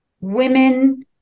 women